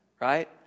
Right